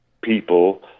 people